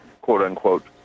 quote-unquote